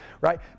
right